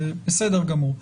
זה בסדר גמור.